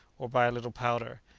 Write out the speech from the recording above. or by a little powder,